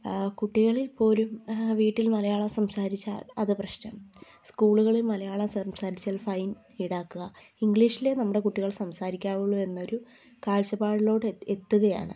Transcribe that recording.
കുട്ടികളിൽ പോലും വീട്ടിൽ മലയാളം സംസാരിച്ചാൽ അത് പ്രശ്നം സ്കൂളുകളിൽ മലയാളം സംസാരിച്ചാൽ ഫൈൻ ഈടാക്കുക ഇംഗ്ലീഷിലേ നമ്മുടെ കുട്ടികൾ സംസാരിക്കാവുള്ളൂ എന്നൊരു കാഴ്ചപ്പാടിലോട്ട് എത്ത് എത്തുകയാണ്